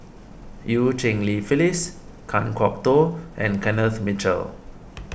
Eu Cheng Li Phyllis Kan Kwok Toh and Kenneth Mitchell